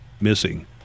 missing